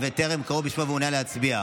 טרם קראו בשמו והוא מעוניין להצביע?